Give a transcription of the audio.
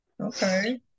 Okay